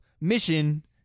mission